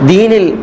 Dinil